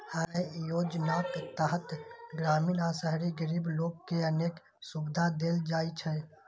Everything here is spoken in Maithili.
अय योजनाक तहत ग्रामीण आ शहरी गरीब लोक कें अनेक सुविधा देल जाइ छै